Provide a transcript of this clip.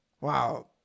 wow